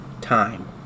time